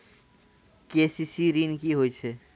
KCC ॠन की होय छै?